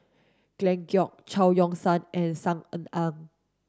Glen Goei Chao Yoke San and Saw Ean Ang